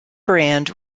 brand